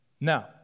Now